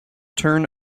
turn